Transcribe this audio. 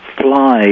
fly